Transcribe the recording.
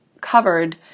covered